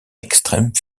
extrême